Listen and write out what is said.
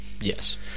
Yes